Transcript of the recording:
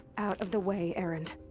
out of the way, erend.